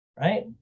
right